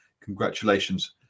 congratulations